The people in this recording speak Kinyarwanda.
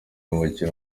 umukino